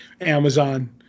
Amazon